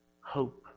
hope